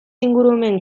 ingurumen